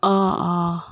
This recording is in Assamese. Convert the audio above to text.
অঁ অঁ